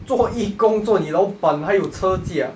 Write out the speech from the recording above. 做义工坐你老板还有车驾